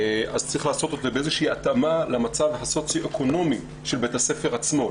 צריך לעשות את זה באיזושהי התאמה למצב הסוציו-אקונומי של בית הספר עצמו.